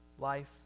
life